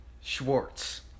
Schwartz